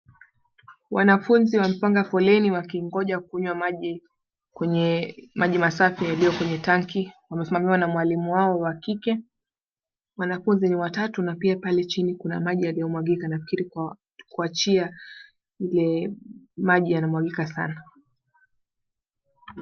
Wanafunzi wamepanga foleni wakingonja kunywa maji kwenye maji masafi yaliyo kwenye tanki, wamesimamiwa na mwalimu wao wa kike. Wanafunzi ni watatu na pia pale chini kuna maji yaliyo mwagika, nafikiri kwa njia maji yanamwagika saana.